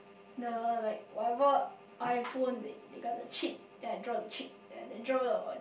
the like whatever iPhone they they got the chip then I draw the chip then I draw the